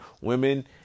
women